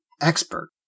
expert